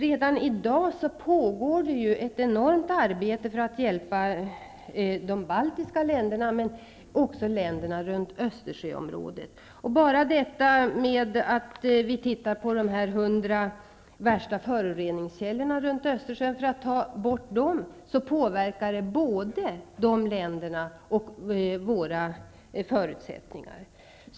Redan i dag pågår ett enormt arbete för att hjälpa de baltiska länderna men även de övriga länderna kring Östersjön. Ett exempel är att vi tittar på de hundra värsta föroreningskällorna runt Östersjön. Om vi får bort dem påverkar det både dessa länder och våra förutsättningar.